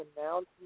announcement